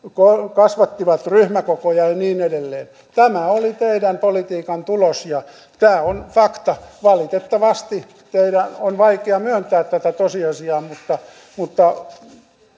kasvattivat ryhmäkokoja ja ja niin edelleen tämä oli teidän politiikkanne tulos ja tämä on fakta valitettavasti teidän on vaikea myöntää tätä tosiasiaa mutta mutta